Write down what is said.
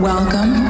Welcome